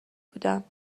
بودم